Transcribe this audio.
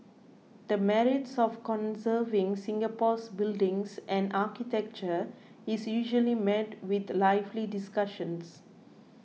the merits of conserving Singapore's buildings and architecture is usually met with lively discussions